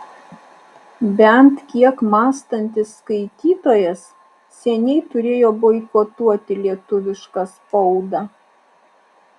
bent kiek mąstantis skaitytojas seniai turėjo boikotuoti lietuvišką spaudą